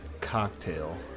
cocktail